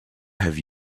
have